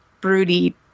broody